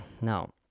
Now